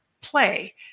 Play